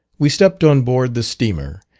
we stepped on board the steamer,